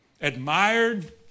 admired